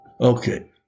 Okay